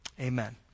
Amen